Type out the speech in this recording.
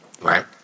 Right